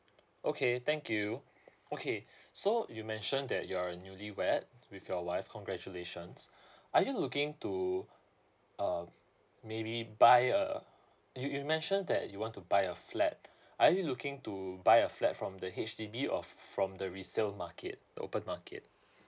okay thank you okay so you mentioned that you're a newlywed with your wife congratulations are you looking to um maybe buy a you you mentioned that you want to buy a flat are you looking to buy a flat from the H_D_B or from the resale market open market